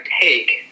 take